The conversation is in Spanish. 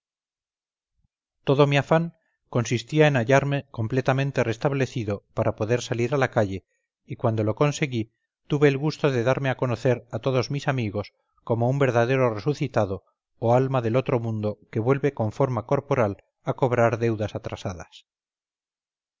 todo mi afán consistía en hallarme completamente restablecido para poder salir a la calle y cuando lo conseguí tuve el gusto de darme a conocer a todos mis amigos como un verdadero resucitado o alma del otro mundo que vuelve con forma corporal a cobrar deudas atrasadas